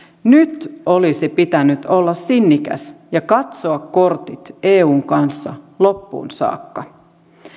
nyt olisi pitänyt olla sinnikäs ja katsoa kortit eun kanssa loppuun saakka